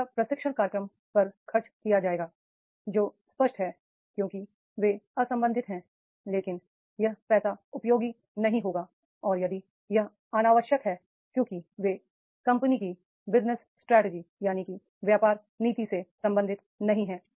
पैसा प्रशिक्षण कार्यक्रम पर खर्च किया जाएगा जो स्पष्ट है क्योंकि वे असंबंधित हैं लेकिन यह पैसा उपयोगी नहीं होगा और यदि यह अनावश्यक है क्योंकि वे कंपनी की बिजनेस स्ट्रेटजी से संबंधित नहीं हैं